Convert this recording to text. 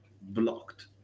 blocked